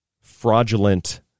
fraudulent